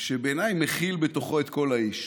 שבעיניי מכיל בתוכו את כל האיש: